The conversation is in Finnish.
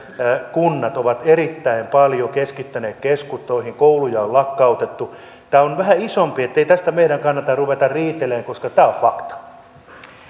kunnat ovat erittäin paljon keskittäneet keskustoihin kouluja on lakkautettu tämä on vähän isompi asia ei meidän tästä kannata ruveta riitelemään koska tämä on fakta